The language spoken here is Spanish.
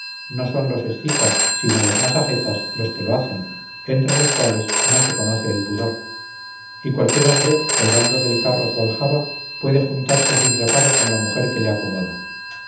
no son los escitas sino los masagetas los que lo hacen entre los cuales no se conoce el pudor y cualquier hombre colgando del carro su aljaba puede juntarse sin reparo con la mujer que le acomoda